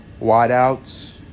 wideouts